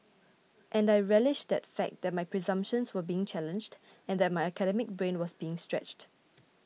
and I relished that fact that my presumptions were being challenged and that my academic brain was being stretched